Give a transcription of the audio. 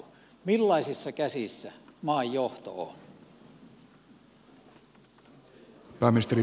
millaisissa käsissä maan johto on